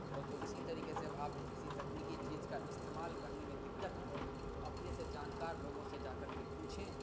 وہ تو اسی طریقے سے جب آپ کسی تکنیکی چیز کا استعمال کرنے میں دقت آئے تو اپنے سے جانکار لوگوں سے جا کر کے پوچھیں